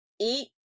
Eat